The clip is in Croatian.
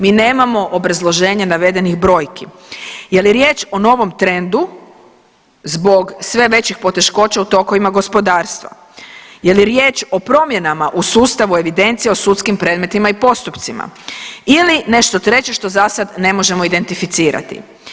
Mi nemamo obrazloženje navedenih brojki jel je riječ o novom trendu zbog sve većih poteškoća u tokovima gospodarstva, jel je riječ o promjenama u sustavu evidencije o sudskim predmetima i postupcima ili nešto treće što za sad ne možemo identificirati.